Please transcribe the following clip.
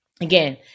Again